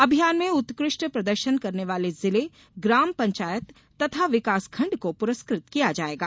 अभियान में उत्कृष्ट प्रदर्शन करने वाले जिले ग्राम पंचायत तथा विकासखंड को पुरस्कृत किया जायेगा